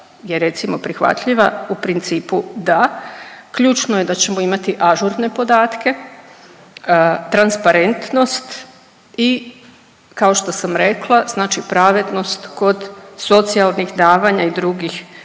je recimo prihvatljiva, u principu da. Ključno je da ćemo imati ažurne podatke, transparentnost i kao što sam rekla znači pravednost kod socijalnih davanja i drugih